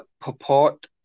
purport